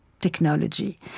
technology